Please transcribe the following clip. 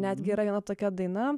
netgi yra viena tokia daina